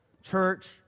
Church